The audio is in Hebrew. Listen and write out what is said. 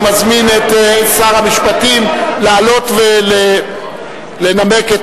15). אני מזמין את שר המשפטים לעלות ולנמק את